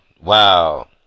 wow